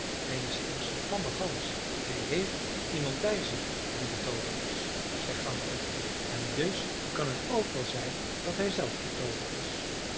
hij is immers een tamme gans hij heeft iemand bij zich die betooverd is zei goudoogje en dus kan het ook wel zijn dat hij zelf betooverd is